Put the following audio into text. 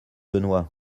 benoît